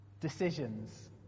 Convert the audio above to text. Decisions